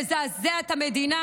תזעזע את המדינה,